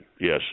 Yes